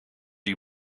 you